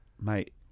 Mate